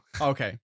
Okay